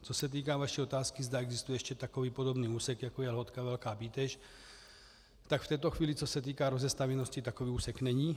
Co se týká vaší otázky, zda existuje ještě takový podobný úsek jako je Lhotka Velká Bíteš, tak v této chvíli, co se týká rozestavěnosti, takový úsek není.